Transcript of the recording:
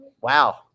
Wow